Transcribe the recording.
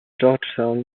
georgetown